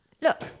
Look